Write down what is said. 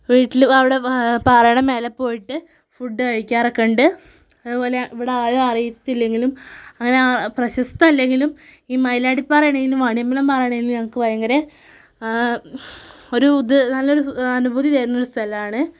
വീട്ടിൽ അവിടെ പാറയുടെ മേലെ പോയിട്ട് ഫുഡ് കഴിക്കാറൊക്കെ ഉണ്ട് അതുപോലെ ഇവിടെ ആരും അറിയത്തില്ലെങ്കിലും അങ്ങനെ പ്രശസ്തമല്ലെങ്കിലും ഈ മയിലാടി പാറയാണെങ്കിലും വാണിയമ്പലം പാറയാണ് ഇന്ന് ഞങ്ങൾക്ക് ഭയങ്കര ഒരു ഇത് നല്ല ഒരു സുഖം അനുഭൂതി തരുന്ന സ്ഥലമാണ്